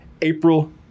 April